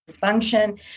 function